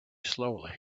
slowly